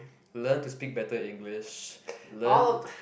learn to speak better English learn